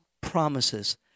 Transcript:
promises